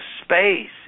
space